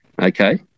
okay